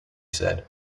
said